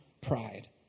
pride